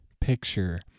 picture